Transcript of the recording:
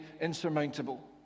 insurmountable